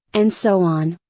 and so on.